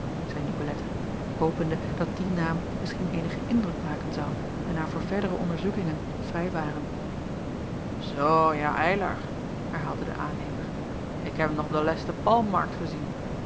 zeî icolette hopende dat die naam misschien eenigen indruk maken zou en haar voor verdere onderzoekingen vrijwaren oo ja ylar herhaalde de aannemer ik heb hem nog op de leste almmarkt gezien